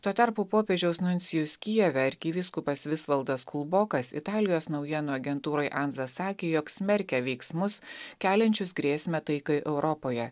tuo tarpu popiežiaus nuncijus kijeve arkivyskupas visvaldas kulbokas italijos naujienų agentūrai ansa sakė jog smerkia veiksmus keliančius grėsmę taikai europoje